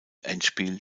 endspiel